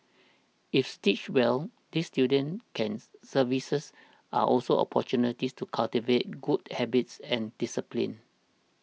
if stitched well these student care services are also opportunities to cultivate good habits and discipline